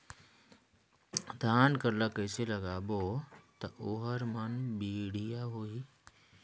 धान कर ला कइसे लगाबो ता ओहार मान बेडिया होही?